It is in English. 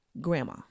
grandma